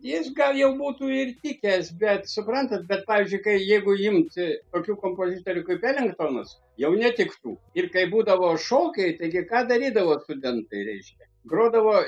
jis gal jau būtų ir tikęs bet suprantat bet pavyzdžiui kai jeigu imti tokių kompozitorių kaip elingtonas jau netiktų ir kai būdavo šokiai taigi ką darydavo studentai reiškia grodavo